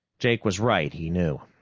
jake was right, he knew.